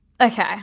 Okay